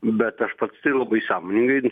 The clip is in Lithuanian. bet aš pats tai labai sąmoningai